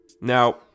Now